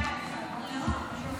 ההצעה להעביר את הצעת